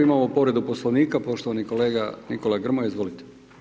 Imamo povredu Poslovnika, poštovani kolega Nikola Grmoja, izvolite.